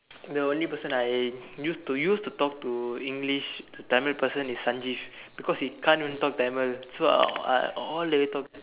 the only person I used to used to talk to English to Tamil person is Sanjiv because he can't even talk Tamil so I'll all the way will talk